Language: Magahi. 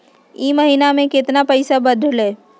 ई महीना मे कतना पैसवा बढ़लेया?